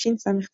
תשס"ט